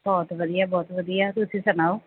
ਬਹੁਤ ਵਧੀਆ ਬਹੁਤ ਵਧੀਆ ਤੁਸੀਂ ਸੁਣਾਓ